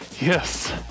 yes